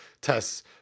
tests